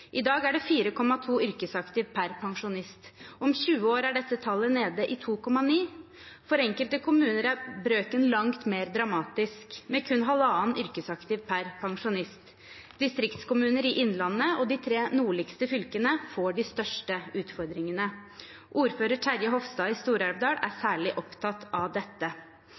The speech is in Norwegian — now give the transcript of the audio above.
I dag er det 4,2 yrkesaktiv per pensjonist. Om 20 år er dette tallet nede i 2,9. For enkelte kommuner er brøken langt mer dramatisk, med kun halvannen yrkesaktiv per pensjonist. Distriktskommuner i Innlandet og de tre nordligste fylkene får de største utfordringene. Ordfører Terje Hofstad i Stor-Elvdal er særlig opptatt av dette.